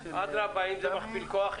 אדרבה, אם זה מכפיל כוח,